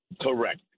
Correct